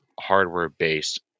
hardware-based